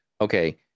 okay